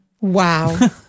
Wow